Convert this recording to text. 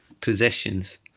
possessions